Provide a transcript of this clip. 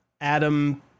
Adam